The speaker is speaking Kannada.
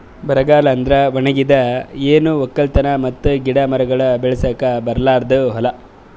ಬರಗಾಲ ಅಂದುರ್ ಒಣಗಿದ್, ಏನು ಒಕ್ಕಲತನ ಮತ್ತ ಗಿಡ ಮರಗೊಳ್ ಬೆಳಸುಕ್ ಬರಲಾರ್ದು ಹೂಲಾ